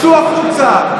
צאו החוצה.